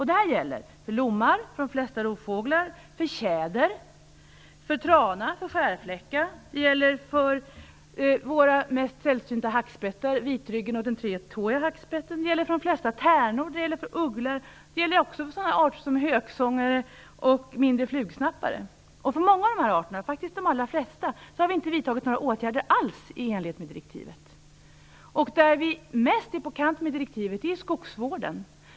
Detta gäller för lom, de flesta rovfåglar, tjäder, trana, skärfläcka och våra mest sällsynta hackspettar, dvs. den vitryggiga hackspetten och den tretåiga hackspetten. Vidare gäller det för de flesta tärnor, ugglor, höksångare och mindre flugsnappare. För många av de här arterna, faktiskt de allra flesta, har Sverige inte vidtagit några åtgärder i enlighet med direktivet alls. Det område där Sverige är mest på kant med direktivet är skogsvården.